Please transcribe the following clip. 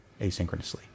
asynchronously